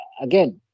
again